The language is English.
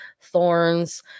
Thorns